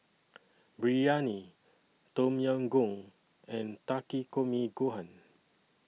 Biryani Tom Yam Goong and Takikomi Gohan